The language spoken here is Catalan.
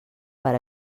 per